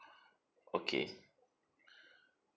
okay